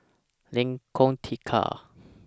Lengkong Tiga